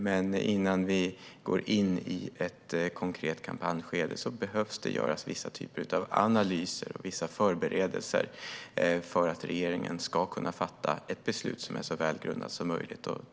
Men innan vi går in i ett konkret kampanjskede behövs det vissa typer av analyser och förberedelser för att regeringen ska kunna fatta ett beslut som är så välgrundat som möjligt.